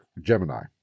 Gemini